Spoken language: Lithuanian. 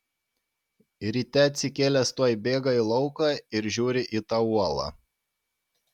ryte atsikėlęs tuoj bėga į lauką ir žiūrį į tą uolą